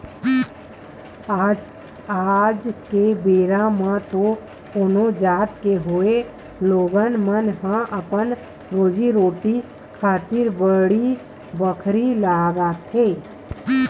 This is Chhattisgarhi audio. आज के बेरा म तो कोनो जात के होवय लोगन मन ह अपन रोजी रोटी खातिर बाड़ी बखरी लगाथे